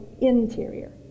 interior